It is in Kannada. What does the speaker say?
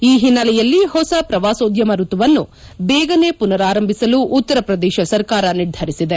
ಈ ಓನ್ನೆಲೆಯಲ್ಲಿ ಹೊಸ ಪ್ರವಾಸೋದ್ಯಮ ಋತುವನ್ನು ಬೇಗನೇ ಮನರಾರಂಭಿಸಲು ಉತ್ತರ ಪ್ರದೇಶ ಸರ್ಕಾರ ನಿರ್ಧರಿಸಿದೆ